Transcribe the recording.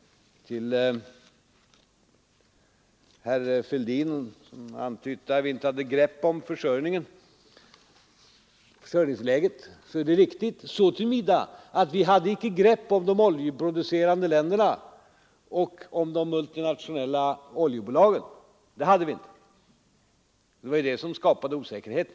Till herr Fälldin, som antydde att vi inte hade grepp om försörjningsläget, vill jag säga att detta är riktigt så till vida att vi icke hade något grepp om de oljeproducerande länderna och om de multinationella oljebolagen. Det hade vi inte; det var ju det som skapade osäkerheten.